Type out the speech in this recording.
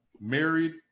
married